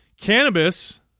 Cannabis